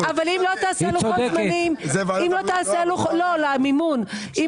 אבל אם לא תעשה לוחות למימון - אם